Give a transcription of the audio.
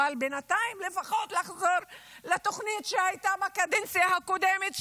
אבל בינתיים לפחות לתוכנית שהייתה בקדנציה הקודמת,